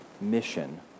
mission